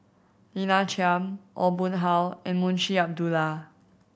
Lina Chiam Aw Boon Haw and Munshi Abdullah